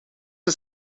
een